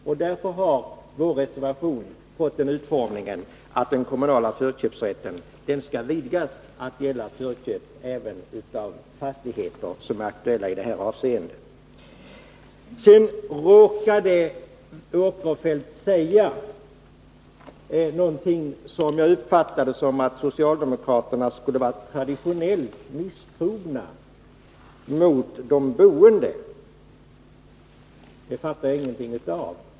Och därför har vår reservation fått den utformningen att vi sagt att den kommunala förköpsrätten skall utvidgas till att gälla förköp även av fastigheter som är aktuella i det här avseendet. Sedan råkade Sven Eric Åkerfeldt säga någonting som jag uppfattade som att socialdemokraterna skulle vara traditionellt misstrogna mot de boende. Det fattar jag ingenting av.